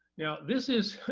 now, this is,